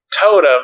totem